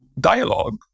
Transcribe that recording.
dialogue